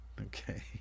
Okay